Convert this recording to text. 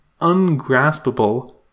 ungraspable